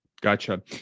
Gotcha